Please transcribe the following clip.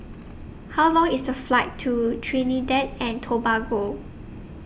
How Long IS The Flight to Trinidad and Tobago